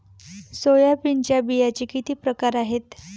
सोयाबीनच्या बियांचे किती प्रकार आहेत?